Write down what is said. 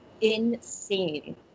insane